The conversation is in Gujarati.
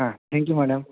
હા થેંક યુ મેડમ